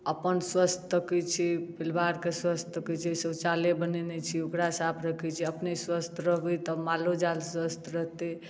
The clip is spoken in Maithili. अपन स्वास्थ तकै छी पलिवारके स्वस्थ तकै छी शौचालय बनेने छी ओकरा साफ रखै छी अपने स्वस्थ रहबै तऽ मालो जाल स्वस्थ रहतै